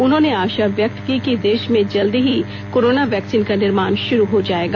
उन्होंने आशा व्यक्त की कि देश में जल्दी ही कोरोना वैक्सीन का निर्माण शुरू हो जाएगा